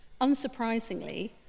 Unsurprisingly